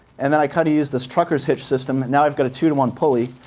and then i kind of use this trucker's hitch system. now i've got a two to one pulley.